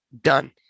done